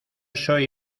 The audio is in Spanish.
soy